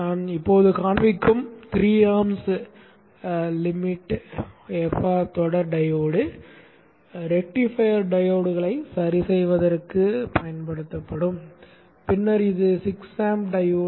நான் இப்போது காண்பிக்கும் 3 ஆம்ப்ஸ் வரம்பு FR தொடர் டையோடை ரெக்டிஃபையர் டையோட்களை சரிசெய்வதற்குப் பயன்படுத்தலாம் பின்னர் இது 6 ஆம்ப் டையோடு